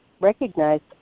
recognized